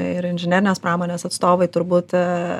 ir inžinerinės pramonės atstovai turbūt